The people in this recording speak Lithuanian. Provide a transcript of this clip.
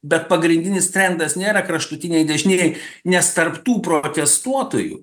bet pagrindinis trendas nėra kraštutiniai dešinieji nes tarp tų protestuotojų